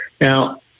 Now